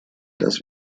dass